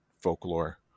folklore